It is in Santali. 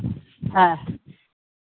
ᱦᱮᱸ